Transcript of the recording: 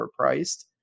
overpriced